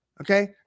Okay